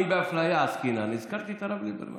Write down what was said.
אם באפליה עסקינן, הזכרתי את הרב ליברמן.